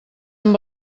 amb